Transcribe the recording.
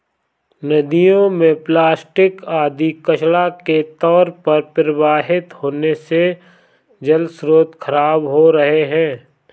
नदियों में प्लास्टिक आदि कचड़ा के तौर पर प्रवाहित होने से जलस्रोत खराब हो रहे हैं